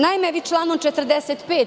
Naime, vi članom 45.